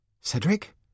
Cedric